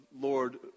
Lord